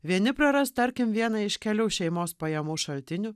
vieni praras tarkim vieną iš kelių šeimos pajamų šaltinių